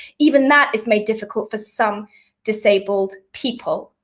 even that is made difficult for some disabled people.